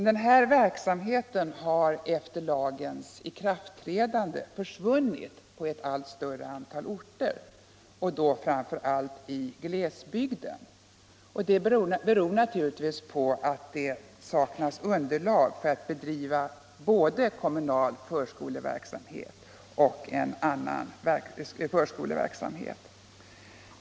Den verksamheten har emellertid efter lagens ikraftträdande försvunnit på ett allt större antal orter, framför allt i glesbygden. Det beror naturligtvis på att det saknas underlag för att bedriva både sådan verksamhet och kommunal förskoleverksamhet.